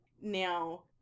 Now